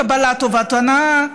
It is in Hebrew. קבלת טובת הנאה,